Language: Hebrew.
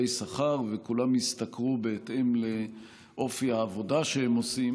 שכר וכולם ישתכרו בהתאם לאופי העבודה שהם עושים